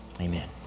Amen